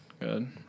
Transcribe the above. good